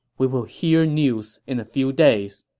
we will hear news in a few days.